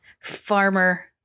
farmer